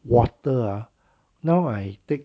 water ah now I take